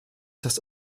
das